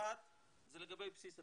אחת זה לגבי בסיס התקציב,